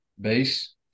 base